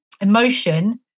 emotion